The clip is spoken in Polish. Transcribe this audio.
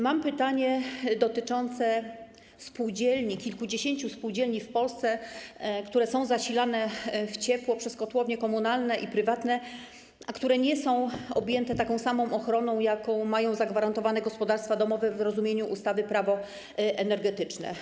Mam pytanie dotyczące spółdzielni, kilkudziesięciu spółdzielni w Polsce, które są zasilane w ciepło przez kotłownie komunalne i prywatne, które nie są objęte taką samą ochroną, jaką mają zagwarantowaną gospodarstwa domowe w rozumieniu ustawy - Prawo energetyczne.